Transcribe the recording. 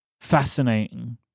fascinating